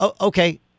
Okay